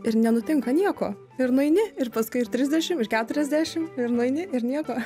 ir nenutinka nieko ir nueini ir paskui ir trisdešim ir keturiasdešim ir nueini ir nieko